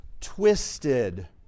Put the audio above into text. twisted